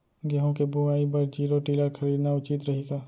गेहूँ के बुवाई बर जीरो टिलर खरीदना उचित रही का?